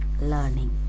learning